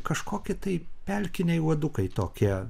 kažkokį tai pelkiniai uodukai tokie